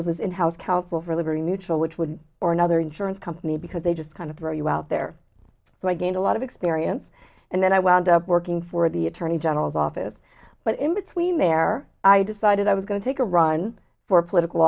liberty neutral which would or another insurance company because they just kind of throw you out there so i gained a lot of experience and then i wound up working for the attorney general's office but in between there i decided i was going to take a run for political